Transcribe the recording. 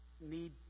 need